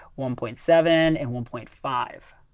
one point seven, and one point five.